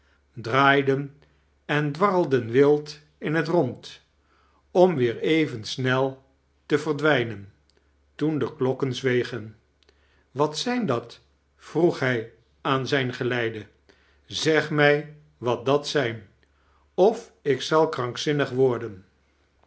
draaiden en dwarrelden wild in t rond om weer even snel te verdwijnen toen de klokken zwegen wat zijn dat vroeg liij aan zijn geleide eg mij wat dat zijn of ik zal krankzirmig worden